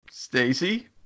Stacy